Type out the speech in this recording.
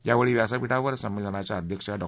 यावेळी व्यासपीठावर संमेलनाच्या अध्यक्षा डॉ